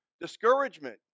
discouragement